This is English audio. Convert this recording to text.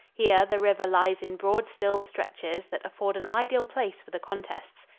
here the river lies in broad still stretches that afford an ideal place for the contests.